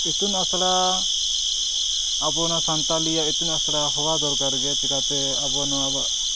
ᱤᱛᱩᱱ ᱟᱥᱲᱟ ᱟᱵᱚ ᱚᱱᱟ ᱥᱟᱱᱛᱟᱲᱤ ᱟᱸᱜ ᱤᱛᱩᱱ ᱟᱥᱲᱟ ᱦᱚᱣᱟ ᱫᱚᱨᱠᱟᱨ ᱜᱮ ᱪᱤᱠᱟᱹᱛᱮ ᱟᱵᱚ ᱱᱚᱣᱟ ᱵᱚ